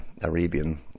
Arabian